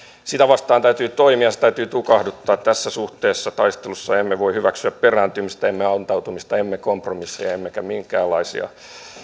sitä vastaan täytyy toimia se täytyy tukahduttaa tässä suhteessa taistelussa emme voi hyväksyä perääntymistä emme antautumista emme kompromisseja emmekä minkäänlaisia